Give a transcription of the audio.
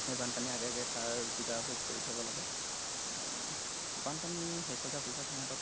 এই বানপানী আগে আগে তাৰ যোগাৰবোৰ কৰি থ'ব লাগে বানপানী শেষ হৈ যোৱাৰ পিছত সিহঁতক